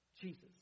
Jesus